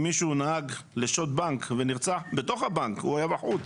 אם מישהו נהג בשוד בנק ונרצח בתוך הבנק כשהוא היה בחוץ,